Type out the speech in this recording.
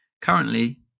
Currently